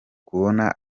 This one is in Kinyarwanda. kubona